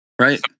right